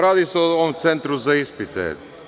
Radi se o ovom Centru za ispite.